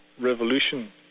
revolution